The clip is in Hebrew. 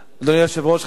היושב-ראש,